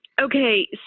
Okay